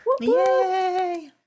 yay